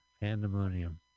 pandemonium